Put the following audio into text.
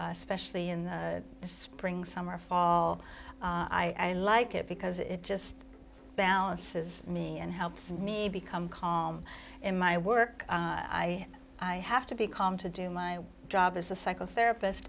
especially in the spring summer fall i like it because it just balances me and helps me become calm in my work i have to be calm to do my job as a psychotherapist